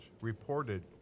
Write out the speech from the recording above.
reported